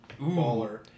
baller